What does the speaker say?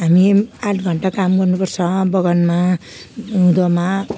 हामी आठ घन्टा काम गर्नुपर्छ बगानमा हिउँदोमा